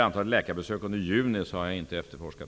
Antalet läkarbesök under juni har jag inte efterforskat.